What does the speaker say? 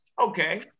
okay